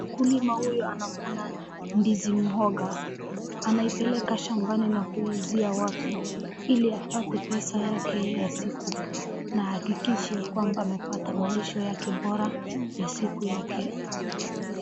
Mkulima huyu anavuna ndizi Mhoga anaipeleka shambani na kuuzia watu ili apate pesa yake ya siku na ahakikishe kwamaba amepata malipo yake bora ya siku yake.